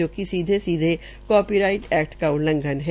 जो कि सीधे सीधे कॉपीराइट एक्ट का उल्लघंन ा है